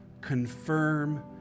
confirm